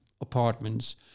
apartments